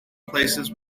places